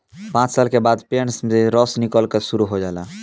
पांच साल के बाद पेड़ से रस निकलल शुरू हो जाला